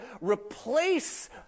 replace